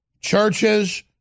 churches